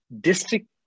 district